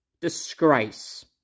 disgrace